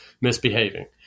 misbehaving